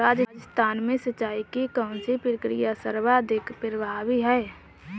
राजस्थान में सिंचाई की कौनसी प्रक्रिया सर्वाधिक प्रभावी है?